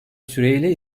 süreyle